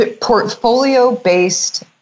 portfolio-based